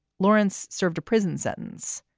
lawrence served a prison sentence.